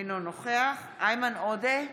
אינו נוכח איימן עודה,